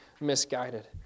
misguided